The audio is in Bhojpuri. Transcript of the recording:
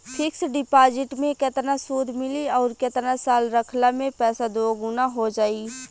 फिक्स डिपॉज़िट मे केतना सूद मिली आउर केतना साल रखला मे पैसा दोगुना हो जायी?